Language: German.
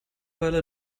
weile